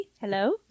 Hello